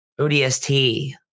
ODST